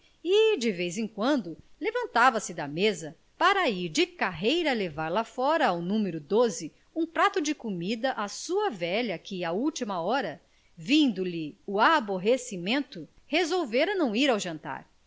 de vez em quando levantava-se da mesa para ir de carreira levar lá fora ao numero d o protagonista a sua velha que à última hora vindo lhe o aborrecimento resolvera não ir ao jantar